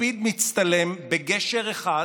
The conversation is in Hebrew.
לפיד מצטלם בגשר אחד,